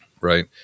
Right